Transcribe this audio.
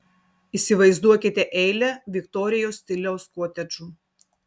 įsivaizduokite eilę viktorijos stiliaus kotedžų